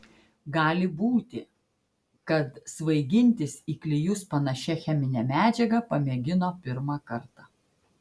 gali būti kad svaigintis į klijus panašia chemine medžiaga pamėgino pirmą kartą